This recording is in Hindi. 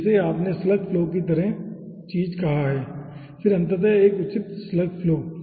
तो इसे आपने स्लग फ्लो तरह की चीज कहा है फिर अंततः एक उचित स्लग फ्लो